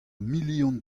million